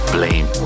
Blame